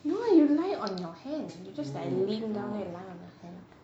no you lie on your hand you just like lean down and lie on your hand